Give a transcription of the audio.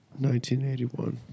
1981